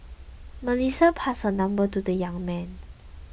Melissa passed her number to the young man